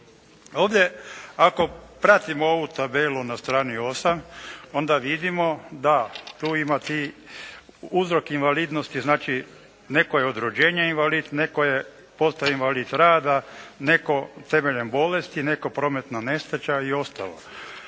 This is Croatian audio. Ovdje ako pratimo ovu tabelu na strani 8. onda vidimo da tu ima ti uzrok invalidnosti, znači netko je od rođenja invalid, netko je postao invalid rada, netko temeljem bolesti, netko prometna nesreća i ostalo.